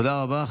תודה רבה.